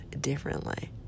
differently